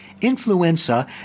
Influenza